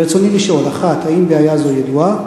רצוני לשאול: 1. האם בעיה זו ידועה?